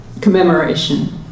commemoration